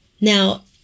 now